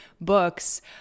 books